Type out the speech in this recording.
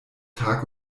tag